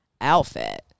outfit